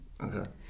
Okay